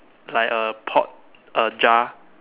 like a pot a jar